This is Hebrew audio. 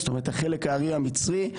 זאת אומרת החלק הארי המצרי,